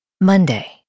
Monday